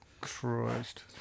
Christ